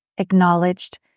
acknowledged